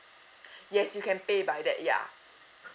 yes you can pay by that ya